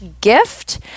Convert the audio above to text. gift